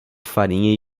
farinha